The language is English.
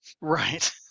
Right